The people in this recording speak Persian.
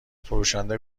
فروشنده